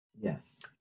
Yes